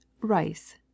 Rice